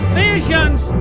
visions